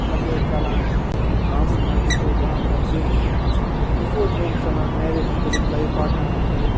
یَپٲرۍ چَلان س گامَن منٛز وُچھو أسۍ عام تَر کہِ زٕ ژور ٹرٛنٛڈ چھِ چَلان میریج متعلق لایِف پاٹنَرَس متعلق